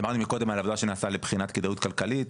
דיברנו מקודם על עבודה שנעשתה לבחינת כדאיות כלכלית,